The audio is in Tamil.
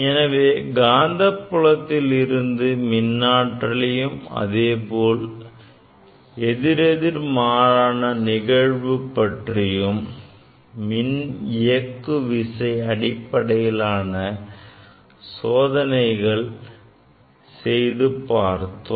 எனவே காந்தப்புலத்தில் இருந்து மின் ஆற்றலையும் அதேபோல் எதிரெதிர்மாறான நிகழ்வு பற்றியும் மின்இயக்குவிசை அடிப்படையிலான சோதனைகளை செய்து பார்த்தோம்